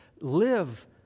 live